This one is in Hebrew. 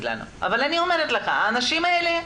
לנו אבל אני אומרת לך שהאנשים האלה,